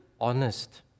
honest